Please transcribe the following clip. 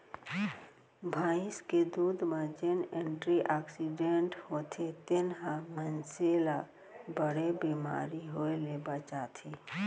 भईंस के दूद म जेन एंटी आक्सीडेंट्स होथे तेन ह मनसे ल बड़े बेमारी होय ले बचाथे